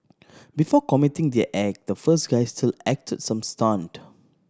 before committing their act the first guy still acted some stunt